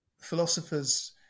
philosophers